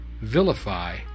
vilify